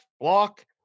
Block